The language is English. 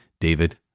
David